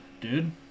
Dude